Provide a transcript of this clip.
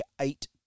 eight